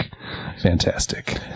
fantastic